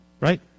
Right